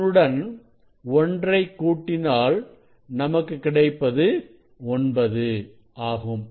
இதனுடன் ஒன்றை கூட்டினால் நமக்கு கிடைப்பது 9 ஆகும்